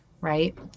right